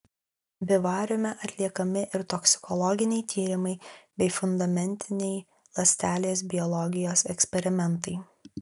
vivariume atliekami ir toksikologiniai tyrimai bei fundamentiniai ląstelės biologijos eksperimentai